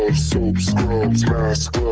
ah soap, scrubs mask,